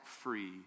free